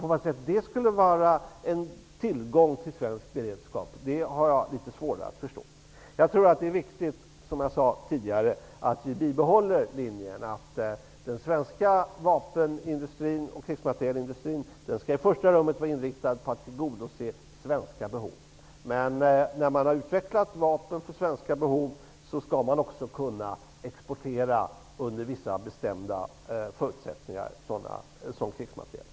På vad sätt det skulle vara en tillgång för svensk beredskap, har jag litet svårare att förstå. Jag tror att det är viktigt, som jag sade tidigare, att vi bibehåller linjen att den svenska vapenindustrin och krigsmaterielindustrin i första hand skall vara inriktad på att tillgodose svenska behov. Men när man har utvecklat vapen för svenska behov, skall man också -- under vissa bestämda förutsättningar -- kunna exportera sådan krigsmateriel.